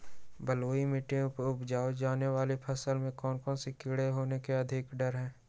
बलुई मिट्टी में उपजाय जाने वाली फसल में कौन कौन से कीड़े होने के अधिक डर हैं?